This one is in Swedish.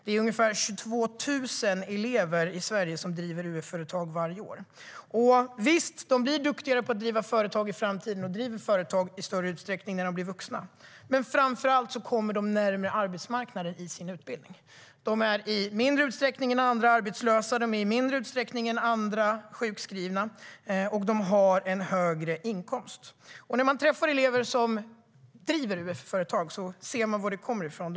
Det är ungefär 22 000 elever i Sverige som driver UF-företag varje år. Visst blir de duktigare på att driva företag i framtiden och driver företag i större utsträckning när de bli vuxna. Men framför allt kommer de närmare arbetsmarknaden i sin utbildning. De är i mindre utsträckning än andra arbetslösa, de är i mindre utsträckning än andra sjukskrivna och de har en högre inkomst. När man träffar elever som driver UF-företag ser man var det kommer ifrån.